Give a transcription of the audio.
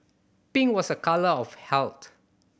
pink was a colour of health